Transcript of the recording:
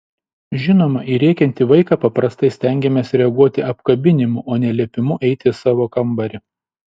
žinoma į rėkiantį vaiką paprastai stengiamės reaguoti apkabinimu o ne liepimu eiti į savo kambarį